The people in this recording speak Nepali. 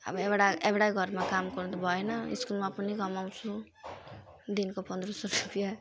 अब एउटा एउटै घरमा काम गर्नु त भएन स्कुलमा पनि कमाउँछु दिनको पन्ध्र सौ रुपियाँ